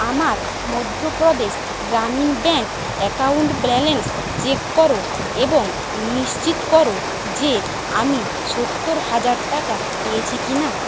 আমার Madhya Pradesh Gramin bank account balance check করো এবং নিশ্চিত করো যে আমি সত্তর হাজার টাকা পেয়েছি কিনা